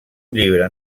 llibre